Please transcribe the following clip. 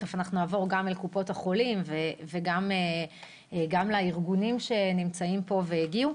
תכף נעבור גם אל קופות החולים וגם לארגונים שנמצאים פה והגיעו.